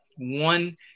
one